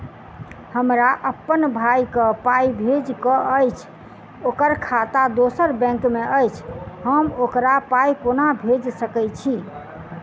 हमरा अप्पन भाई कऽ पाई भेजि कऽ अछि, ओकर खाता दोसर बैंक मे अछि, हम ओकरा पाई कोना भेजि सकय छी?